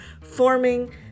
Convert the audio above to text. forming